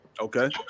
Okay